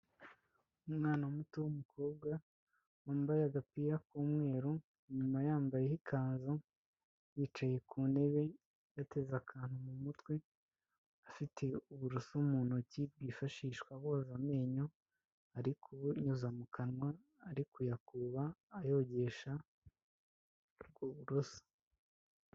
Umwana muto w'umukobwa wambaye agapira k'umweru, inyuma yambayeho ikanzu, yicaye ku ntebe, yateze akantu mu mutwe, afite uburoso mu ntoki bwifashishwa boza amenyo, ari kubunyuza mu kanwa, ari kuyakuba, ayogesha ubwo buroso.